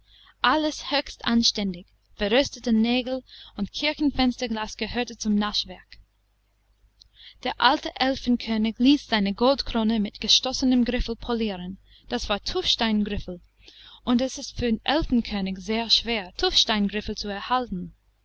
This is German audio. alles höchst anständig verrostete nägel und kirchenfensterglas gehörte zum naschwerk der alte elfenkönig ließ seine goldkrone mit gestoßenem griffel polieren das war tuffsteingriffel und es ist für den elfenkönig sehr schwer tuffsteingriffel zu erhalten